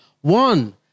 one